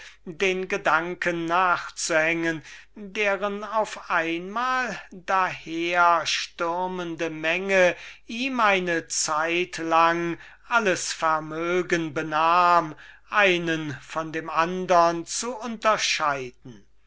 den gedanken nachzuhängen deren auf einmal daherstürmende menge ihm eine weile alles vermögen benahm einen von dem andern zu unterscheiden